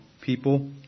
people